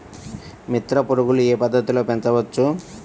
మిత్ర పురుగులు ఏ పద్దతిలో పెంచవచ్చు?